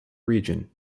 region